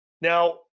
Now